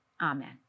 Amen